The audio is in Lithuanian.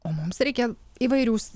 o mums reikia įvairių